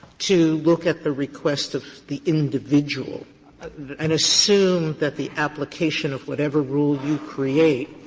to look at the request of the individual and assume that the application of whatever rule you create